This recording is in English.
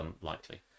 unlikely